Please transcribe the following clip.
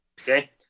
okay